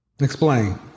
Explain